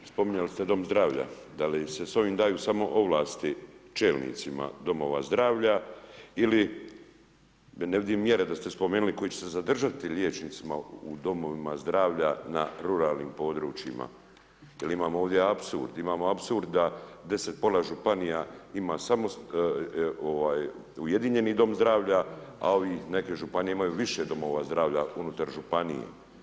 Ministre, spominjali ste dom zdravlja, da li se s ovim daju samo ovlasti čelnicima domova zdravlja ili ne vidim da ste mjere spomenuli koje će se zadržati liječnicima u domovima zdravlja na ruralnim područjima jer imamo ovdje apsurd, imamo apsurd da pola županija ima samo ujedinjeni dom zdravlja a ove neke županije imaju više domova zdravlja unutar županije.